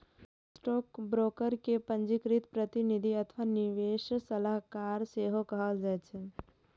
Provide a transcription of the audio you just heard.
stockbroker कें पंजीकृत प्रतिनिधि अथवा निवेश सलाहकार सेहो कहल जाइ छै